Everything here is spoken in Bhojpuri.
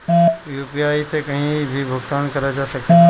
यू.पी.आई से कहीं भी भुगतान कर जा सकेला?